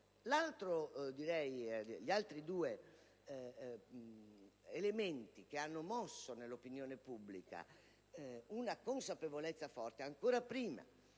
romane. Gli altri due elementi che hanno mosso nell'opinione pubblica una consapevolezza forte, ancora prima